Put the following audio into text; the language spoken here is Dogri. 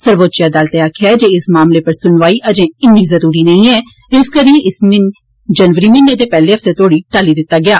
सर्वोच्च अदालतै आक्खेआ ऐ जे इस मामले पर सुनवाई अजें इन्नी जरुरी नेई ऐ इस करी इसी जनवरी म्हीने दे पैहले हफ्ते तोड़ी टाल्ली दिता गेआ